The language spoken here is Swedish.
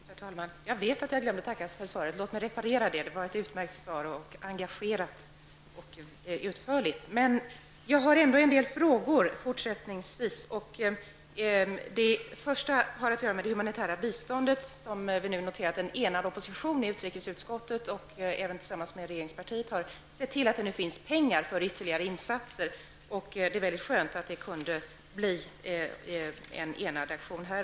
Herr talman! Jag vet att jag glömde att tacka för svaret. Låt mig reparera det. Det var ett utmärkt, engagerat och utförligt svar. Jag har ändå en del frågor. Den första har att göra med det humanitära biståndet, som vi nu noterar att en enad opposition i utrikesutskottet tillsammans med regeringspartiet har sett till att det finns pengar för ytterligare insatser till. Det är mycket skönt att en enad aktion kunde komma till stånd.